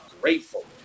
grateful